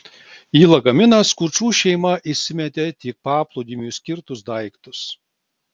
į lagaminą skučų šeimą įsimetė tik paplūdimiui skirtus daiktus